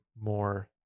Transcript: more